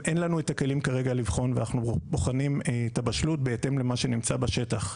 הכלים כרגע לבחון ואנחנו בוחנים את הבשלות בהתאם למה שנמצא בשטח.